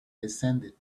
descended